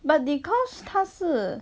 but dee-kosh 是他是